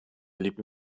blieb